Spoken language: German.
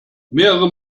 mehrere